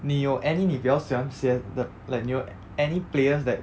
你有 any 你比较喜欢 like 你有 any players that